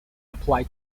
apply